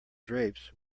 drapes